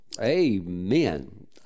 Amen